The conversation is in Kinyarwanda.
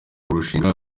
kurushinga